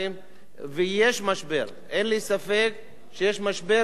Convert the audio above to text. ויש משבר, אין לי ספק שיש משבר עולמי אפילו,